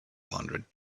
hundred